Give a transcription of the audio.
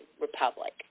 Republic